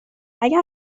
اگر